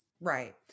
right